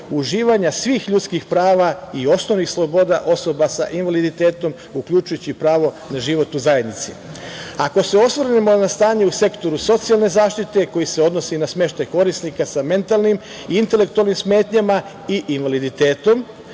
uživanja svih ljudskih prava i osnovnih sloboda osoba sa invaliditetom uključujući pravo na život u zajednici. Ako se osvrnemo na stanje u Sektoru socijalne zaštite, koji se odnosi na smeštaj korisnika sa mentalnim, intelektualnim smetnjama i invaliditetom,